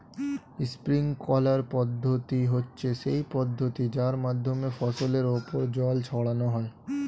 sprinkler পদ্ধতি হচ্ছে সেই পদ্ধতি যার মাধ্যমে ফসলের ওপর জল ছড়ানো হয়